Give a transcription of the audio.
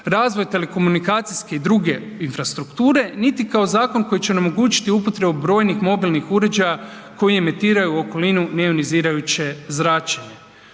razvoj telekomunikacijske i druge infrastrukture, niti kao zakon koji će onemogućiti upotrebu brojnih mobilnih uređaja koji emitiraju okolinu neionizirajuće zračenje.